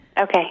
Okay